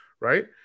Right